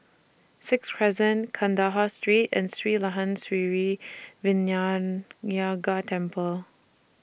Sixth Crescent Kandahar Street and Sri Layan Sithi Vinayagar Temple